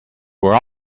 were